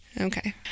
Okay